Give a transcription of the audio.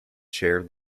chair